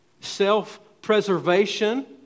Self-preservation